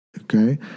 okay